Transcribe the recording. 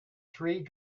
three